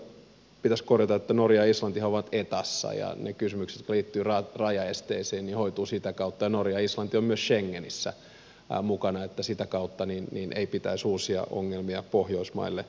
ehkä tuossa sen verran pitäisi korjata että norja ja islantihan ovat etassa ja ne kysymykset jotka liittyvät rajaesteisiin hoituvat sitä kautta ja norja ja islanti ovat myös schengenissä mukana että sitä kautta ei pitäisi uusia ongelmia pohjoismaille syntyä